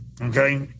Okay